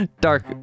dark